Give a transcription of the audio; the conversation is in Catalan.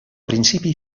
principi